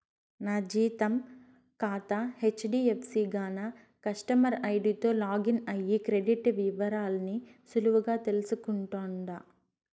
నా జీతం కాతా హెజ్డీఎఫ్సీ గాన కస్టమర్ ఐడీతో లాగిన్ అయ్యి క్రెడిట్ ఇవరాల్ని సులువుగా తెల్సుకుంటుండా